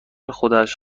خودش